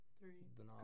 three